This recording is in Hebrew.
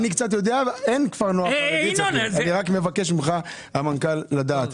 אני מבקש ממך המנכ"ל, לדעת,